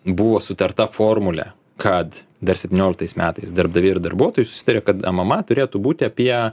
buvo sutarta formulė kad dar septynioliktais metais darbdaviai ir darbuotojų susitaria kad mma turėtų būti apie